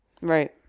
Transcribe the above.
right